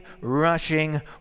rushing